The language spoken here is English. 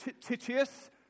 Titius